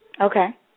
Okay